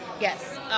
Yes